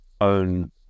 own